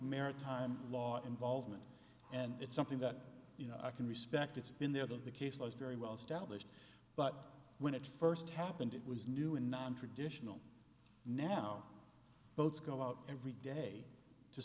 maritime law involvement and it's something that you know i can respect it's been there the case closed very well established but when it first happened it was new and nontraditional now boats go out every day to